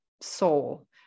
soul